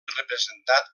representat